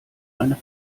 eine